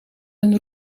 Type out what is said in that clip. een